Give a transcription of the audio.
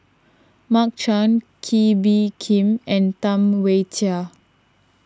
Mark Chan Kee Bee Khim and Tam Wai Jia